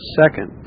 second